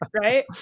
Right